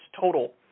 total